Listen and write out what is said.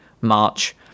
March